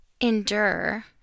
endure